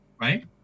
right